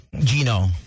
Gino